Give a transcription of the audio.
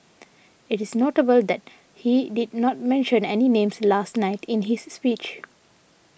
it is notable that he did not mention any names last night in his speech